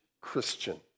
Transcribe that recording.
Christian